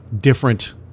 different